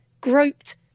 groped